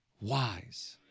wise